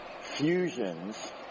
fusions